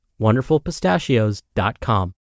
wonderfulpistachios.com